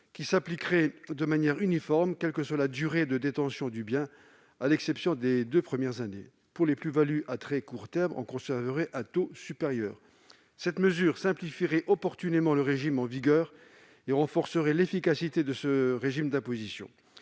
qui s'appliquerait de manière uniforme, quelle que soit la durée de détention du bien, à l'exception des deux premières années. Pour les plus-values à très court terme, un taux supérieur serait conservé. Cette mesure simplifierait opportunément le régime d'imposition en vigueur et renforcerait son efficacité. Ce serait une bonne